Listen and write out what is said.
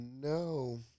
no